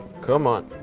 come on.